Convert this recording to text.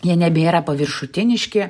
jie nebėra paviršutiniški